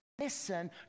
listen